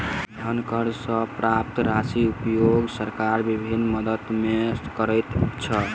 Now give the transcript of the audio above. धन कर सॅ प्राप्त राशिक उपयोग सरकार विभिन्न मद मे करैत छै